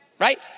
right